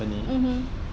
mmhmm